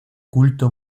culto